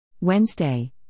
Wednesday